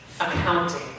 accounting